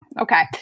Okay